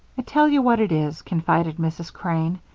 i tell you what it is, confided mrs. crane.